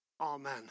Amen